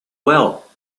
well